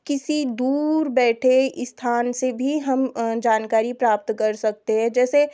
किसी दूर बैठे स्थान से भी हम जानकारी प्राप्त कर सकते हैं जैसे